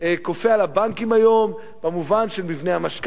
על הבנקים היום במובן של מבנה המשכנתה,